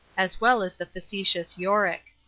as well as the facetious yorick.